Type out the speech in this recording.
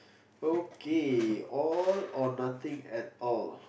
okay all or nothing at all